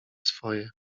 swoje